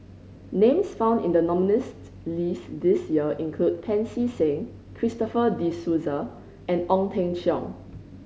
names found in the nominees' list this year include Pancy Seng Christopher De Souza and Ong Teng Cheong